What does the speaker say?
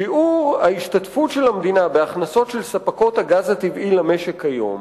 שיעור ההשתתפות של המדינה בהכנסות ספקיות הגז הטבעי למשק היום,